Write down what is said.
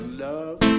love